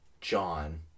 john